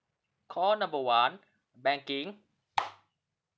call number one banking